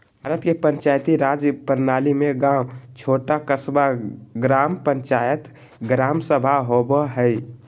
भारत के पंचायती राज प्रणाली में गाँव छोटा क़स्बा, ग्राम पंचायत, ग्राम सभा होवो हइ